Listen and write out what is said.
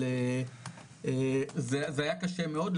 אבל זה היה קשה מאוד,